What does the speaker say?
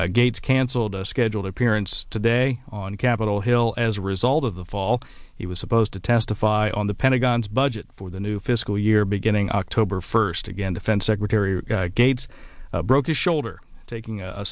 gates canceled a scheduled appearance today on capitol hill as a result of the fall he was supposed to testify on the pentagon's budget for the new fiscal year beginning october first again defense secretary gates broke his shoulder taking